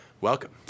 Welcome